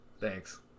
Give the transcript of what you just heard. Thanks